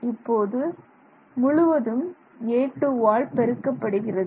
இப்போது முழுவதும் a2 ஆல் பெருக்கப்படுகிறது